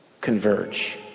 Converge